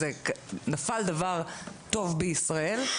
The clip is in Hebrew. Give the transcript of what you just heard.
ונפל דבר טוב בישראל,